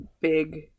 big